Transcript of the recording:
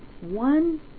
one